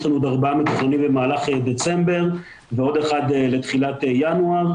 יש לנו עוד ארבעה מתוכננים בתחילת דצמבר ועוד אחד לתחילת ינואר.